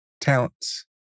talents